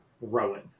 Rowan